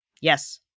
Yes